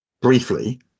briefly